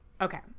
okay